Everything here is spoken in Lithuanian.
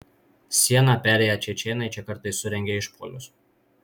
sieną perėję čečėnai čia kartais surengia išpuolius